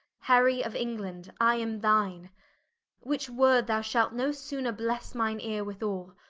harry of england, i am thine which word thou shalt no sooner blesse mine eare withall,